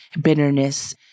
bitterness